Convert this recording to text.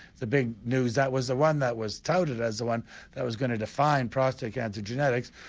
the big news, that was the one that was touted as the one that was going to define prostate cancer genetics,